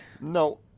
No